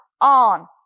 on